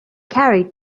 carried